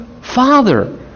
Father